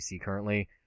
currently